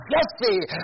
Jesse